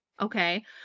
Okay